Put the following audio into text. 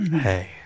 Hey